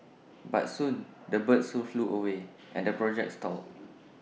but soon the birds soon flew away and the project stalled